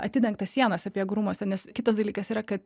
atidengtas sienas sapiegų rūmuose nes kitas dalykas yra kad